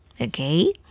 okay